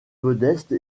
modeste